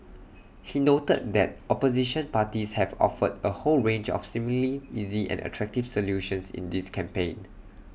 he noted that opposition parties have offered A whole range of seemingly easy and attractive solutions in this campaign